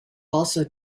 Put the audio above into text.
also